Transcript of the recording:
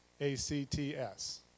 A-C-T-S